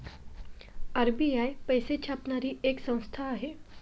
RBI पैसे छापणारी एक संस्था आहे